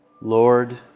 Lord